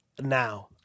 Now